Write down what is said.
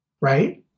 Right